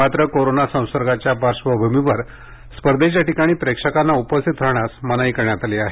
मात्र कोरोना संसर्गाच्या पार्श्वभूमीवर स्पर्धेच्या ठिकाणी प्रेक्षकांना उपस्थित राहण्यास मनाई करण्यात आली आहे